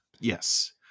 yes